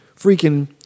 freaking